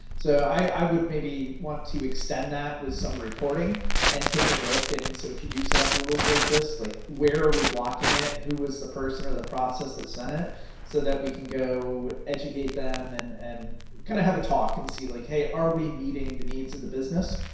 so i would maybe want to extend that with some reporting and take a look and so if you do set up rules like this, like where are we blocking it? who was the person or the process that sent so that we can go educate them and and kind of have a talk and see like hey, are we meeting the needs of the business?